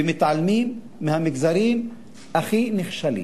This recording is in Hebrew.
ומתעלמים מהמגזרים הכי נחשלים,